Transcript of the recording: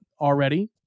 already